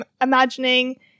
imagining